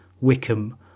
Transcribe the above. Wickham